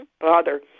father